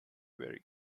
very